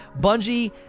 Bungie